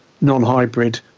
non-hybrid